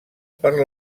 per